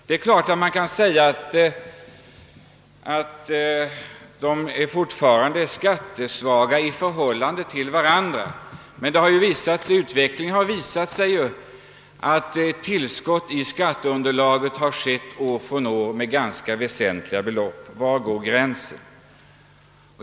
Naturligtvis kan man säga att dessa alltjämt är skattesvaga i förhållande till andra, men utvecklingen har visat att tillskott i skatteunderlaget har skett år efter år med ganska väsentliga belopp. Var går gränsen?